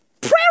Prayer